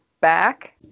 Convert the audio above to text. back